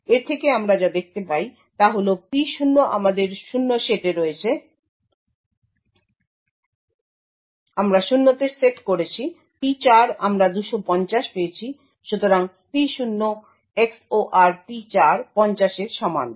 এর থেকে আমরা যা দেখতে পাই তা হল P0 আমরা 0 তে সেট করেছি P4 আমরা 250 পেয়েছি সুতরাং P0 XOR P4 50 এর সমান